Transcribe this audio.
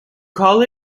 call